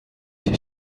den